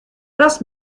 das